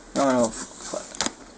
no no no f~ uh